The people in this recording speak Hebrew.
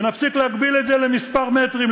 ונפסיק להגביל את זה למספר מטרים,